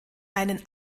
einen